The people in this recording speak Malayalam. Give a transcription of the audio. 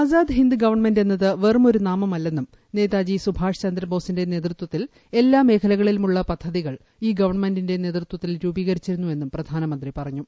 ആസാദ് ഹിന്ദ് ഗവൺമെന്റ് എന്നത് വെറും ഒരു നാമമല്ലെന്നും നേതാജി സുബാഷ് ചന്ദ്രബോസിന്റെ നേതൃത്വത്തിൽ എല്ലാ മേഖലകളിലും ഉള്ള പദ്ധതികൾ ഈ ഗവൺമെന്റിന്റെ നേതൃത്വത്തിൽ രൂപീകരിച്ചിരുന്നു എന്നും പ്രധാനമന്ത്രി പറഞ്ഞു